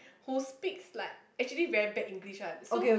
who speaks like actually very bad English one so